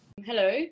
Hello